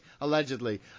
allegedly